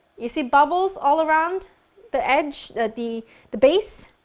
you see bubbles all around the edge the the base?